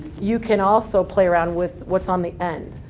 you can also play around with what's on the end.